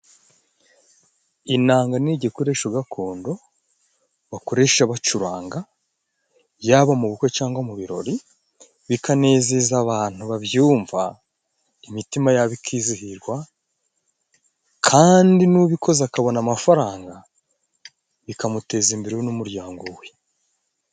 Inanga ni igikoresho gakondo bakoresha bacuranga, yaba mu bukwe cangwa mu birori bikanezeza abantu babyumva, imitima yabo ikizihirwa kandi n'ubikoze akabona amafaranga, bikamuteza imbere we n'umuryango we.